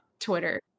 Twitter